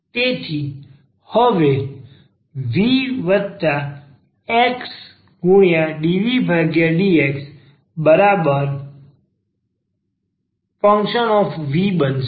તેથી હવે vxdvdxfv બનશે